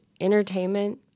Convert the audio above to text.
entertainment